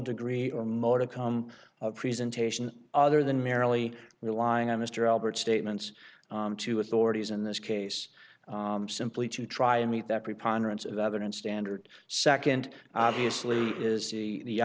degree or more to come presentation other than merely relying on mr albert statements to authorities in this case simply to try and meet that preponderance of evidence standard second obviously is the